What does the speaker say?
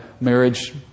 marriage